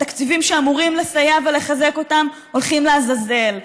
התקציבים שאמורים לסייע ולחזק אותם הולכים לעזאזל.